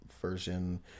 version